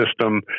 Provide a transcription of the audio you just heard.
system